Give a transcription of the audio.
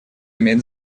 имеет